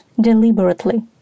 deliberately